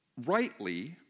rightly